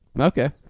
Okay